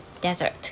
Desert